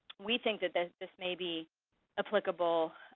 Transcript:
we think that this this may be applicable,